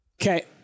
Okay